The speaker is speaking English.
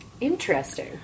Interesting